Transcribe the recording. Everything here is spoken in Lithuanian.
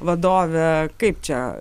vadovę kaip čia